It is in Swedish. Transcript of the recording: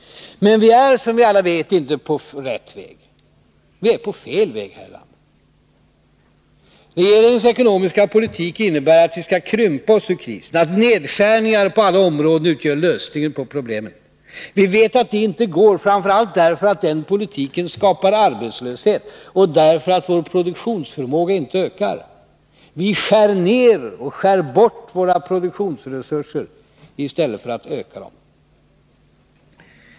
Men vi är som vi alla vet inte på rätt väg — vi är på fel väg. Regeringens ekonomiska politik innebär att vi skall krympa oss ur krisen, att nedskärningar på alla områden utgör lösningen på problemen. Vi vet att det inte går, framför allt därför att den politiken skapar arbetslöshet och därför att vår produktionsförmåga inte ökar. Vi skär ner och skär bort våra produktionsresurser i stället för att öka dem.